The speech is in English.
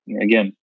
again